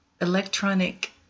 electronic